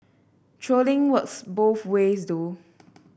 trolling works both ways though